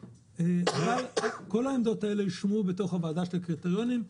כל העמדות הללו יושמעו בתוך ועדת הקריטריונים,